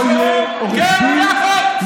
אתם נכלוליים.